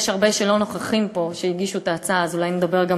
יש הרבה שהגישו את ההצעה ולא נוכחים פה,